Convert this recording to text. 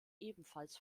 ebenfalls